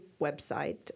website